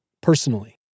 personally